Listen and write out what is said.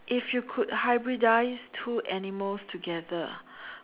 if you could hybridise two animals together